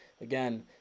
again